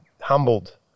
humbled